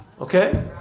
Okay